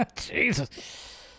Jesus